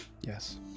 Yes